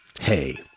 Hey